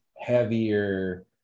heavier